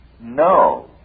No